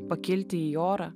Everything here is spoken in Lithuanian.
pakilti į orą